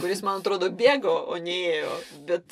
kuris man atrodo bėgo o ne ėjo bet